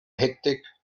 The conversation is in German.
hektik